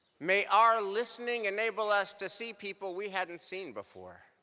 may our listening enable us to see people we hadn't seen before.